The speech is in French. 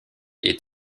est